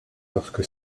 lorsque